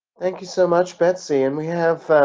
thank you so much betsie, and we have